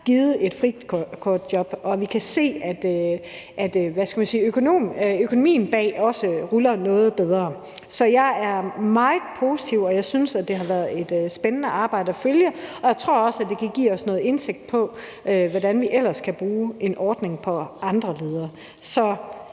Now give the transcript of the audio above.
givet frikort, og vi kan se, at økonomien bag det også ruller noget bedre. Så jeg er meget positiv, og jeg synes, det har været et spændende arbejde at følge. Jeg tror også, det kan give os noget indsigt i, hvordan vi ellers kan bruge en ordning på andre måder.